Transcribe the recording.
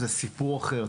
זה סיפור אחר,